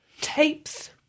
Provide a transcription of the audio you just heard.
tapes